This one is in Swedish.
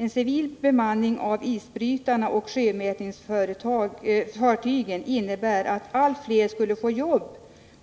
En civil bemanning av isbrytarna och sjömätningsfartygen skulle innebära att allt fler skulle få jobb,